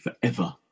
forever